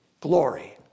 glory